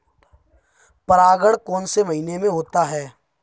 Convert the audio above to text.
परागण कौन से महीने में होता है?